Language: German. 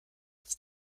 als